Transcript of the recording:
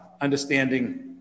understanding